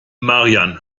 marian